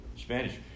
Spanish